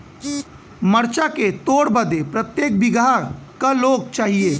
मरचा के तोड़ बदे प्रत्येक बिगहा क लोग चाहिए?